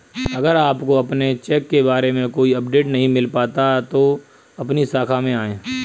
अगर आपको अपने चेक के बारे में कोई अपडेट नहीं मिल पाता है तो अपनी शाखा में आएं